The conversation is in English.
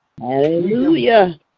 Hallelujah